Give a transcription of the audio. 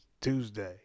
Tuesday